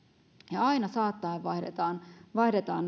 ja aina saattaen vaihdetaan vaihdetaan